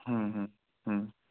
হুম হুম হুম